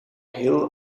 hill